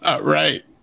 right